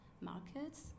markets